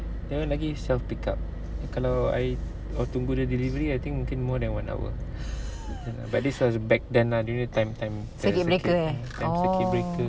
circuit breaker ya orh